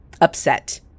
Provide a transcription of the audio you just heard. upset